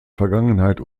vergangenheit